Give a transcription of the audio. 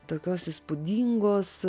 tokios įspūdingos